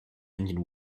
engine